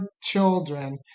children